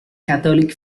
catholic